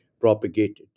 propagated